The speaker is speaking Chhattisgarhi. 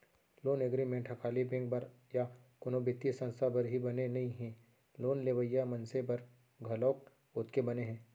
लोन एग्रीमेंट ह खाली बेंक बर या कोनो बित्तीय संस्था बर ही बने नइ हे लोन लेवइया मनसे बर घलोक ओतके बने हे